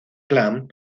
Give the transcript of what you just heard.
clan